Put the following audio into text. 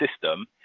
system